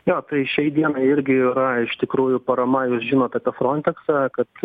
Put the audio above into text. jo tai šiai dienai irgi yra iš tikrųjų parama jūs žinot apie fronteksą kad